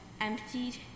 emptied